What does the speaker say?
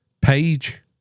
page